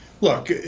Look